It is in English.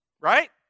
right